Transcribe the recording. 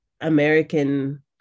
American